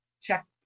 check